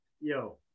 Yo